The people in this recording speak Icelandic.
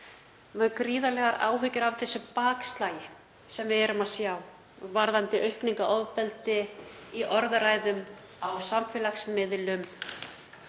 með gríðarlegar áhyggjur af þessu bakslagi sem við erum að sjá varðandi aukningu á ofbeldi, í orðræðu, á samfélagsmiðlum